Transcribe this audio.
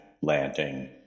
landing